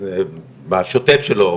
בשוטף שלו,